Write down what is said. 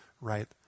right